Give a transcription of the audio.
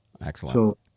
Excellent